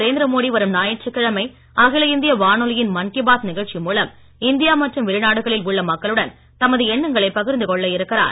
நரேந்திர மோடி வரும் ஞாயிற்றுக் கிழமை அகில இந்திய வானொலியின் மன் கி பாத் நிகழ்ச்சி மூலம் இந்தியா மற்றும் வெளிநாடுகளில் உள்ள மக்களுடன் தமது எண்ணங்களை பகிர்ந்து கொள்ள இருக்கிறார்